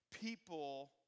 people